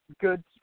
good